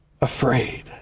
afraid